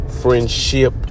friendship